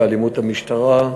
ואלימות המשטרה,